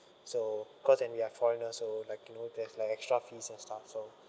so cause and we are foreigner so like you know there's like extra fees and stuff so